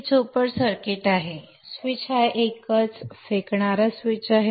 हे chopper circuit आहे switch हा सिंगल थ्रो स्विच आहे